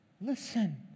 listen